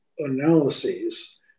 Analyses